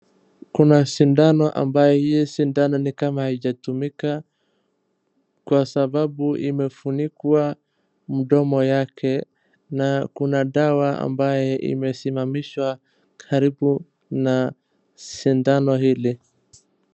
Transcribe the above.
Kuna sindano ambaye hii sindano ni kama haijatumika kwa sababu imefunikwa mdomo yake, na kuna dawa ambaye imesimamishwa karibu na sindano hili.